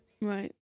Right